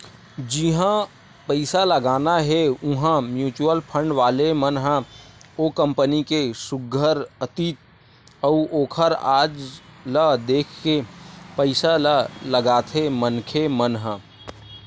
जिहाँ पइसा लगाना हे उहाँ म्युचुअल फंड वाले मन ह ओ कंपनी के सुग्घर अतीत अउ ओखर आज ल देख के पइसा ल लगाथे मनखे मन ह